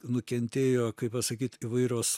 nukentėjo kaip pasakyt įvairios